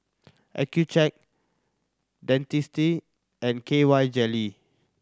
Accucheck Dentiste and K Y Jelly